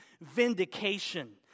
vindication